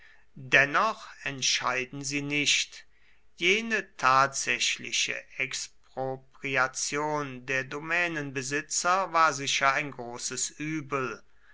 dennoch entscheiden sie nicht jene tatsächliche expropriation der domänenbesitzer war sicher ein großes übel